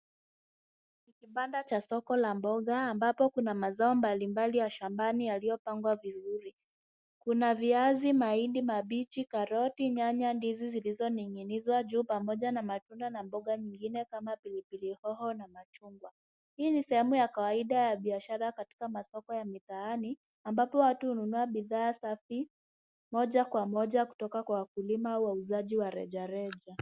Kibanda cha soko la mboga ambapo kunza mazao mbalimbali ya shambani yaliyopangwa vizuri. Kuna viazi, mahindi mabichi, karoti, nyanya, ndizi zilizoning'inizwa juu pamoja na matunda na mboga nyingine kama pilipili hoho na machungwa. Hii ni sehemu ya kawaida ya biashara katika masoko ya mitaani ambapo watu hununua bidhaa safi moja kwa moja kutoka kwa wakulima au wauzaji wa rejareja.